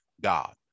God